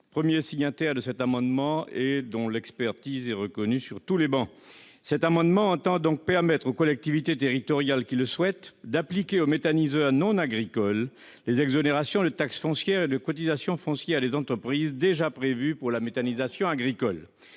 premier signataire, dont l'expertise est reconnue sur l'ensemble de nos travées. Nous vous proposons de permettre aux collectivités territoriales qui le souhaitent d'appliquer aux méthaniseurs non agricoles les exonérations de taxe foncière et de cotisation foncière des entreprises déjà prévues pour la méthanisation agricole.